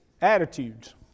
Attitudes